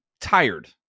tired